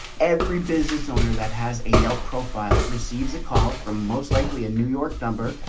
every business owner that has a yelp profile receives a call from most likely a new york number,